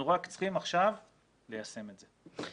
אנחנו רק צריכים עכשיו ליישם את זה.